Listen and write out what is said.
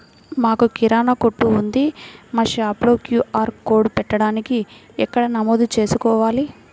మాకు కిరాణా కొట్టు ఉంది మా షాప్లో క్యూ.ఆర్ కోడ్ పెట్టడానికి ఎక్కడ నమోదు చేసుకోవాలీ?